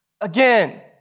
again